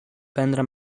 prendre